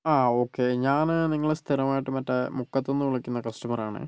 ആ ഓക്കേ ഞാൻ നിങ്ങളെ സ്ഥിരമായിട്ട് മറ്റേ മുക്കത്ത് നിന്ന് വിളിക്കുന്ന കസ്റ്റമർ ആണ്